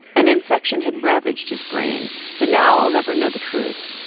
an infection had ravaged his brain. so now i'll never know the truth,